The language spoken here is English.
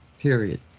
Period